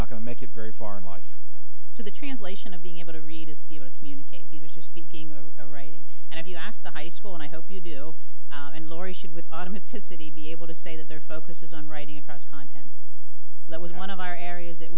not going to make it very far in life to the translation of being able to read is to be able to communicate either speaking or writing and if you ask the high school and i hope you do and laurie should with automaticity be able to say that their focus is on writing across content that was one of our areas that